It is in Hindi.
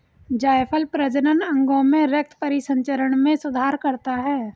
जायफल प्रजनन अंगों में रक्त परिसंचरण में सुधार करता है